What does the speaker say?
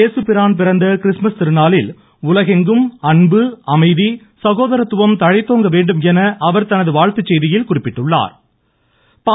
ஏசுபிரான் பிறந்த கிறிஸ்துமஸ் திருநாளில் உலகெங்கும் அன்பு அமைதி சகோதரத்துவம் தழைத்தோங்க வேண்டும் என அவர் தனது வாழ்த்துச்செய்தியில் குறிப்பிட்டுள்ளா்